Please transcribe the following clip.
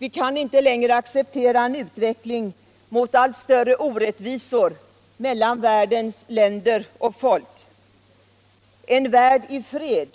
Vi kan inte längre acceptera en utveckling mot allt större orättvisor mellan världens länder och folk. En värld i fred